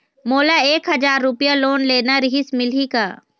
मोला एक हजार रुपया लोन लेना रीहिस, मिलही का?